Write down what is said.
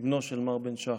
מבנו של מר בן שחר.